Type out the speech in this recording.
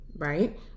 right